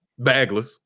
bagless